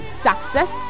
success